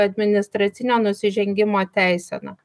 administracinio nusižengimo teisena